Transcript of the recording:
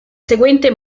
seguente